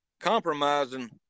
compromising